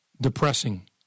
depressing